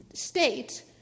State